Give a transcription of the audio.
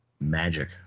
Magic